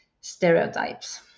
stereotypes